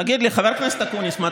תגיד לי, חבר הכנסת אקוניס,